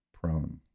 prone